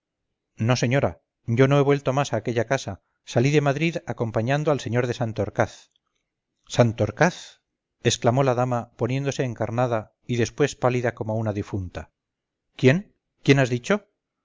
no señora yo no he vuelto más a aquella casa salí de madrid acompañando al sr de santorcaz santorcaz exclamó la dama poniéndose encarnada y después pálida como una difunta quién quién has dicho